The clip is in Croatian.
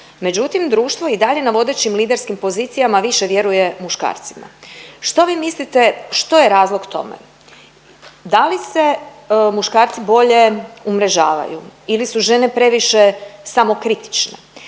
Međutim, društvo i dalje na vodećim liderskim pozicijama više vjeruje muškarcima. Što vi mislite, što je razlog tome? Da li se muškarci bolje umrežavaju ili su žene previše samokritične